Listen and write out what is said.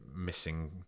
missing